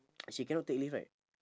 she cannot take leave right